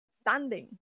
standing